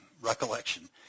recollection